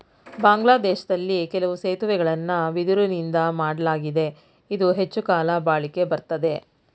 ಬಾಂಗ್ಲಾದೇಶ್ದಲ್ಲಿ ಕೆಲವು ಸೇತುವೆಗಳನ್ನ ಬಿದಿರುನಿಂದಾ ಮಾಡ್ಲಾಗಿದೆ ಇದು ಹೆಚ್ಚುಕಾಲ ಬಾಳಿಕೆ ಬರ್ತದೆ